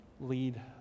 lead